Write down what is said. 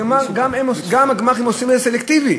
הגמ"חים גם עושים את זה סלקטיבית.